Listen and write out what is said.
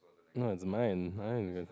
no it is mine and